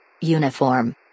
Uniform